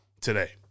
today